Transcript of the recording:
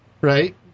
right